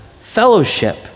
fellowship